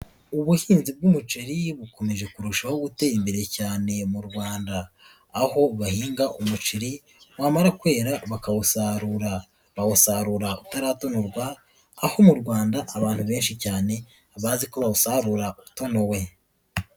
Ubuhinzi bw'umuceri bukomeje kurushaho gutera imbere cyane mu Rwanda, aho bahinga umuceri wamara kwera bakawusarura bawusarura utaratonurwa, aho mu Rwanda abantu benshi cyane abazi ko bawusarura utonowe.